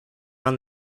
run